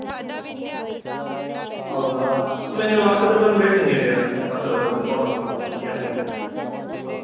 ಹ್ಞೂಂ ಹೌದಾ ಒಮ್ಮೆ ನೀವು ಆಸ್ಪತ್ರೆಗೆ ಬಂದು ಭೇಟಿ ನೀಡಿರಿ ಬಸವರಾಜ್ ಅವ್ರೇ ನೋಡೋಣ ಅದು ಏನಾಗಿದೆ ಹಾಂ